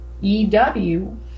ew